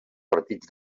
partits